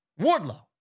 Wardlow